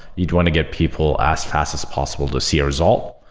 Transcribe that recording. you'd want to get people as fast as possible to see a result.